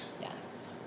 Yes